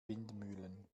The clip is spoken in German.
windmühlen